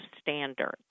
standards